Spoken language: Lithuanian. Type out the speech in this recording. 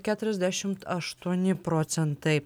keturiasdešimt aštuoni procentai